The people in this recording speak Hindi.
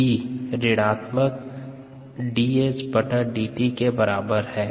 v ऋणात्मक dsdt के बराबर है